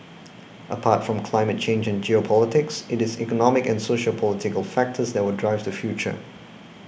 apart from climate change and geopolitics it is economic and sociopolitical factors that will drive the future